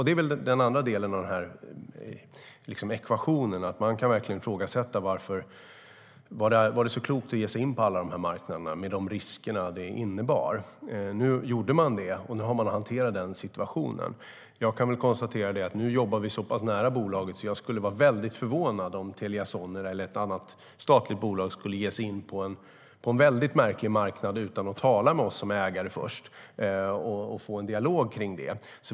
Det är den andra delen av ekvationen. Man kan verkligen ifrågasätta om det var klokt att ge sig in på alla dessa marknader med de risker det innebar. Nu gjorde man det, och man har hanterat situationen. Nu jobbar vi så pass nära bolaget att jag skulle bli väldigt förvånad om Telia Sonera eller något annat statligt bolag skulle ge sig in på en väldigt märklig marknad utan att tala med oss som ägare först och ha en dialog om det.